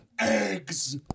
eggs